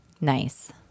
Nice